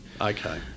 Okay